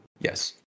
Yes